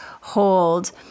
hold